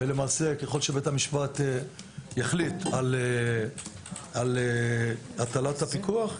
וככל שבית המשפט יחליט על הטלת הפיקוח,